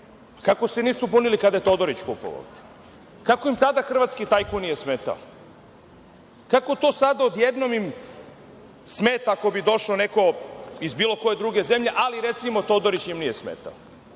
kako se nisu bunili kada je Todorić kupovao? Kako im tada hrvatski tajkun nije smetao? Kako to sada im odjednom smeta ako bi došao neko iz bilo koje druge zemlje, ali recimo Todorić im nije smetao,